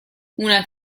una